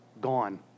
Gone